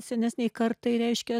senesnei kartai reiškia